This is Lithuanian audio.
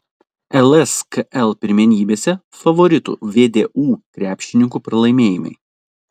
lskl pirmenybėse favoritų vdu krepšininkų pralaimėjimai